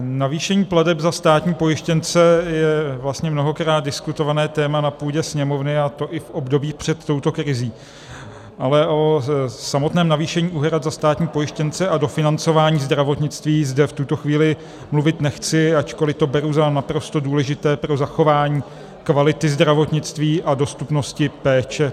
Navýšení plateb za státní pojištěnce je vlastně mnohokrát diskutované téma na půdě Sněmovny, a to i v období před touto krizí, ale o samotném navýšení úhrad za státní pojištěnce a dofinancování zdravotnictví zde v tuto chvíli mluvit nechci, ačkoliv to beru za naprosto důležité pro zachování kvality zdravotnictví a dostupnosti péče.